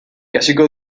ikasiko